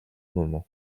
moment